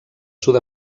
sud